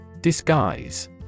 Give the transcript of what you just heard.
Disguise